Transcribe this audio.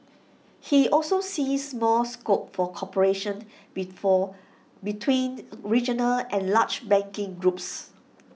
he also sees more scope for cooperation before between regional and large banking groups